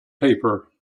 paper